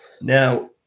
Now